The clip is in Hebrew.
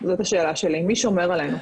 זאת השאלה שלי, מי שומר עלינו?